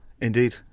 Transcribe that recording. Indeed